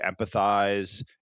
empathize